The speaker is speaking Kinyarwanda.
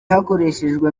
hakoreshejwe